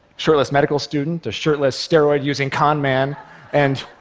shirtless medical student, shirtless steroid-using con man and,